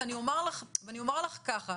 ואני אומר לך ככה